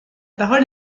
parole